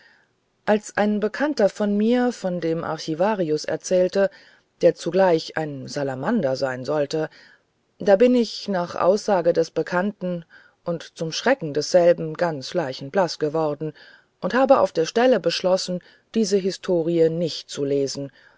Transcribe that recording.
als ein bekannter mir von dem archivarius erzählte der zugleich ein salamander sein sollte da bin ich nach aussage des bekannten und zum schrecken desselben ganz leichenblaß geworden und habe auf der stelle beschlossen diese historie nicht zu lesen